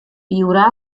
viurà